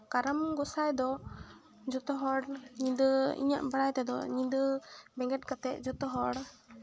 ᱠᱟᱨᱟᱢ ᱜᱚᱥᱟᱭ ᱫᱚ ᱡᱚᱛᱚ ᱦᱚᱲ ᱧᱤᱫᱟᱹ ᱤᱧᱟᱹᱜ ᱵᱟᱲᱟᱭ ᱛᱮᱫᱚ ᱧᱤᱫᱟᱹ ᱵᱮᱸᱜᱮᱫ ᱠᱟᱛᱮᱫ ᱡᱚᱛᱚᱦᱚᱲ